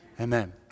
Amen